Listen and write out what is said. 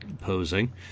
posing